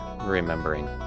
remembering